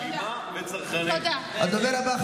תודה רבה.